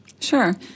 Sure